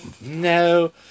No